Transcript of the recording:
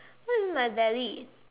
what you mean by valid